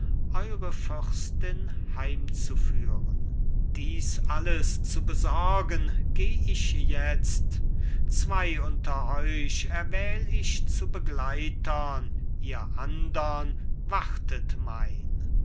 eure fürstin heimzuführen dies alles zu besorgen geh ich jetzt zwei unter euch erwähl ich zu begleitern ihr andern wartet mein was